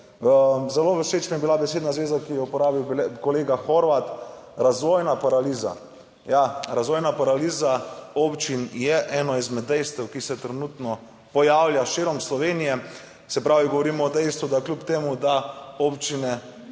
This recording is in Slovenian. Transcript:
Zelo všeč mi je bila besedna zveza, ki jo je uporabil kolega Horvat, razvojna paraliza. Ja, razvojna paraliza občin je eno izmed dejstev, ki se trenutno pojavlja širom Slovenije. Se pravi, govorimo o dejstvu, da kljub temu, da občine